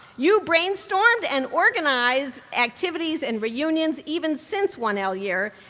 you brainstormed and organized activities and reunions even since one l year,